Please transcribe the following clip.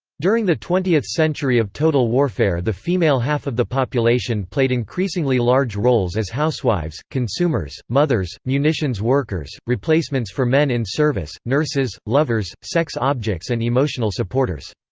during the twentieth century of total warfare the female half of the population played increasingly large roles as housewives, consumers, mothers, munitions workers, replacements for men in service, nurses, lovers, sex objects and emotional supporters.